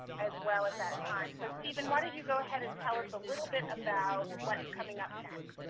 as well at that time. so, stephen, why don't you go ahead and tell us a little bit about what's coming up next.